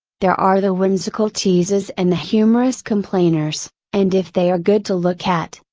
there are the whimsical teases and the humorous complainers, and if they are good to look at,